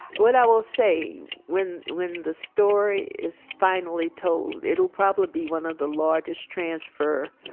what i will say when when the story is finally told, it'll probably be one of the largest transfer